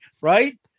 right